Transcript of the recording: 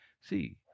See